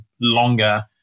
longer